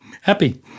happy